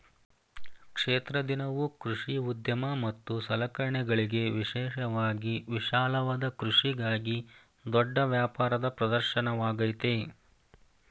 ಕ್ಷೇತ್ರ ದಿನವು ಕೃಷಿ ಉದ್ಯಮ ಮತ್ತು ಸಲಕರಣೆಗಳಿಗೆ ವಿಶೇಷವಾಗಿ ವಿಶಾಲವಾದ ಕೃಷಿಗಾಗಿ ದೊಡ್ಡ ವ್ಯಾಪಾರದ ಪ್ರದರ್ಶನವಾಗಯ್ತೆ